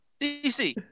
DC